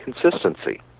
consistency